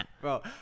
bro